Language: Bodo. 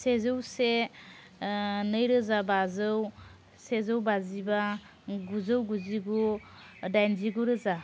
सेजौ से नैरोजा बाजौ सेजौ बाजिबा गुजौ गुजिगु दाइनजिगु रोजा